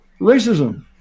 racism